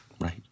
Right